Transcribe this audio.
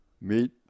meet